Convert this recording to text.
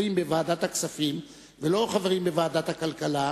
בוועדת הכספים ולא חברים בוועדת הכלכלה,